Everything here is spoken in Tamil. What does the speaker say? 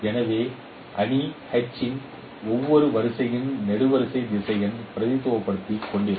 எனவே அணி h இன் ஒவ்வொரு வரிசைகளின் நெடுவரிசை திசையன் பிரதிநிதித்துவத்தைக் கொண்டிருக்கும்